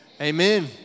amen